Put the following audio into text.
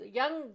young